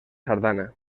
sardana